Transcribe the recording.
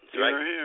Right